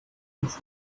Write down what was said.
was